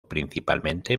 principalmente